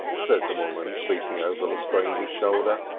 said the woman, speaking over lestrange's shoulder.